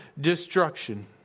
destruction